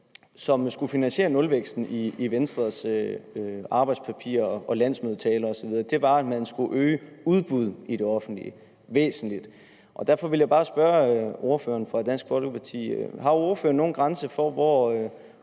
som skulle finansiere nulvæksten i Venstres arbejdspapir og landsmødetale osv. var, at man skulle øge udbuddet i det offentlige væsentligt. Derfor vil jeg bare spørge ordføreren for Dansk Folkeparti: Har ordføreren nogen grænse for, hvor